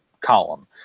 column